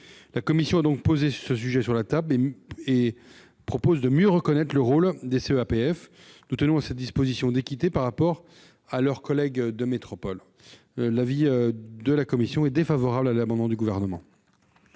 La commission a donc posé ce sujet sur la table et propose de mieux reconnaître le rôle des CEAPF. Nous tenons à cette disposition d'équité par rapport à leurs collègues de métropole. L'avis est défavorable. La parole est